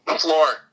floor